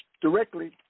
directly